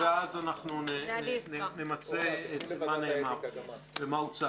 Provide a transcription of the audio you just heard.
ואז אנחנו נמצה את מה נאמר ומה הוצג.